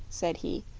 said he,